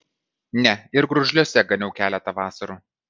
ne ir gružliuose ganiau keletą vasarų